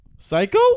Psycho